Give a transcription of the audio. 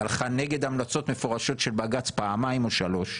והלכה נגד המלצות מפורשות של בג"צ פעמיים או שלוש,